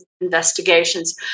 investigations